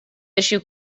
issue